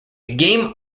game